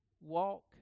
walk